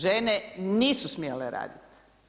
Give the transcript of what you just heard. Žene nisu smjere raditi.